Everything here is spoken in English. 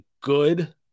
good